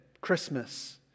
Christmas